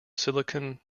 silicon